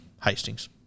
Hastings